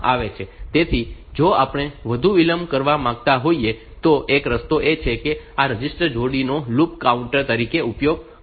તેથી જો આપણે વધુ વિલંબ કરવા માંગીતા હોઈએ તો એક રસ્તો એ છે કે આ રજિસ્ટર જોડીનો લૂપ કાઉન્ટર તરીકે ઉપયોગ કરવો